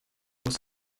muss